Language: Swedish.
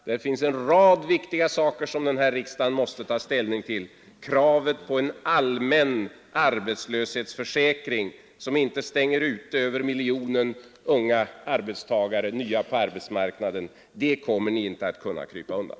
Där finns en rad viktiga frågor som den här riksdagen måste ta ställning till, t.ex. kravet på en allmän arbetslöshetsförsäkring som inte stänger ute över miljonen unga arbetstagare, nya på arbetsmarknaden. Det kravet kommer ni inte att kunna krypa undan.